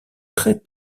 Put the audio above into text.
très